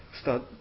start